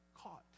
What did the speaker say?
caught